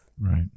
Right